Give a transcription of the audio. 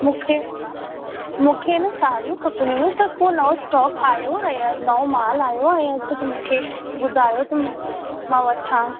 मूंखे मूंखे न साड़ियूं खपंदी हुयूं त को नओं स्टॉक आयो आहे या नओं मालु आयो आहे छा त मूंखे ॿुधायो त मां वठां